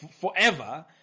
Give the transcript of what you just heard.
forever